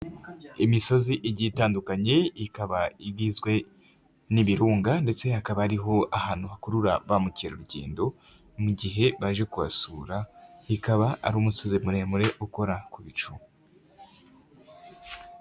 Imisozi igiye itandukanye ikaba igizwe, n'ibirunga ndetse hakaba hariho ahantu hakurura ba mukerarugendo, mu gihe baje kuhasura, bikaba ari umusozi muremure ukora ku bicu.